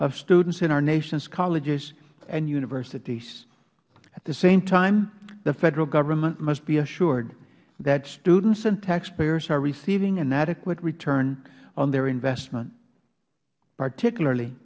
of students in our nation's colleges and universities at the same time the federal government must be assured that students and taxpayers are receiving an adequate return on their investment particularly